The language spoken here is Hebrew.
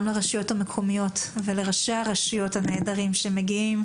גם לרשויות המקומיות ולראשי הרשויות הנהדרים שמגיעים